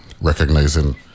recognizing